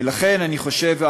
ולכן אני חושב,